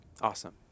Awesome